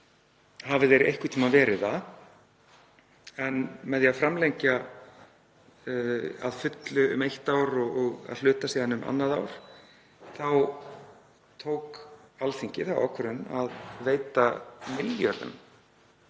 hafi þeir einhvern tímann verið það. En með því að framlengja að fullu um eitt ár og að hluta um annað ár tók Alþingi þá ákvörðun að veita milljörðum